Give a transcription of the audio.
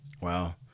Wow